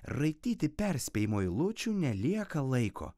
raityti perspėjimo eilučių nelieka laiko